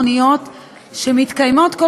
התשע"ו 2016,